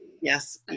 yes